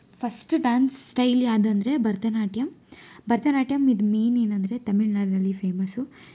first dance style ಯಾವ್ದಂದ್ರೆ ಭರತನಾಟ್ಯಮ್ ಭರತನಾಟ್ಯಮ್ ಇದು main ಏನಂದರೆ ತಮಿಳ್ ನಾಡಿನಲ್ಲಿ ಫೇಮಸ್ಸು